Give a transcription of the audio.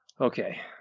Okay